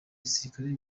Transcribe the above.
gisirikare